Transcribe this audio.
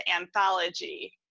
anthology